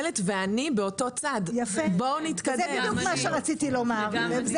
זה בדיוק מה שרציתי לומר.